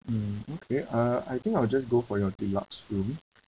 mm okay uh I think I will just go for your deluxe room